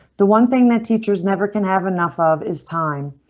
the one thing that teachers never can have enough of is time.